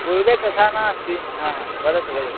पूर्वे तथा नास्ति वदतु वद